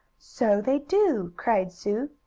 so they do! cried sue.